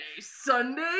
Sunday